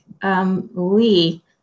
Lee